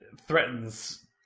threatens